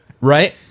Right